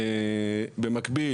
במקביל,